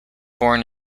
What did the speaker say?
born